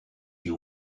you